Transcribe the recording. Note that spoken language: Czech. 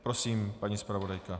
Prosím, paní zpravodajka.